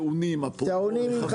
התייעלות,